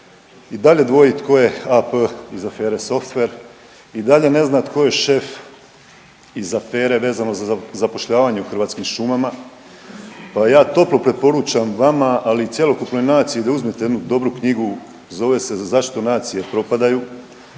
i dalje dvoji tko je AP iz afere softver i dalje ne zna tko je šef iz afere vezano za zapošljavanje u Hrvatskim šumama, pa ja toplo preporučam vama, ali i cjelokupnoj naciji da uzmete jednu dobru knjigu, zove se „Zašto nacije propadaju“